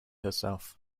herself